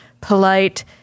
polite